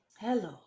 Hello